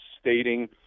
stating